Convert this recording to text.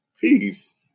peace